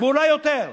ואולי יותר,